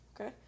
Okay